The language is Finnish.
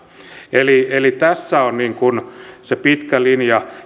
eli eli tässä on se pitkä linja